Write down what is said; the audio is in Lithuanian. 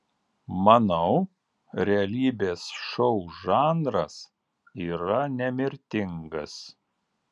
manau realybės šou žanras yra nemirtingas